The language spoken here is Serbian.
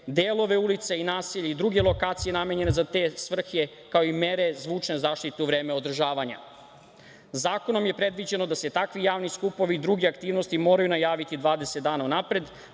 delove ulice i naselje i druge lokacije namenjene za te svrhe, kao i mere zvučne zaštite u vreme održavanja. Zakonom je predviđeno da se takvi javni skupovi i druge aktivnosti moraju najaviti 20 dana unapred,